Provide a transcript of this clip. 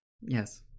Yes